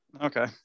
okay